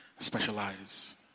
specialize